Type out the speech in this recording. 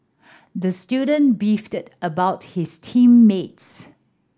the student beefed about his team mates